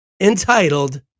Entitled